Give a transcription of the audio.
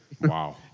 Wow